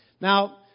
Now